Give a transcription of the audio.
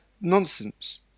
nonsense